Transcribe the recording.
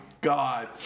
God